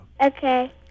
Okay